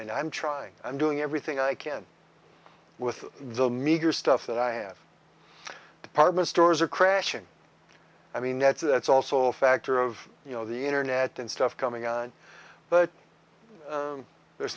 and i'm trying i'm doing everything i can with the meager stuff that i have department stores are crashing i mean that's a that's also a factor of you know the internet and stuff coming on but there's